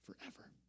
forever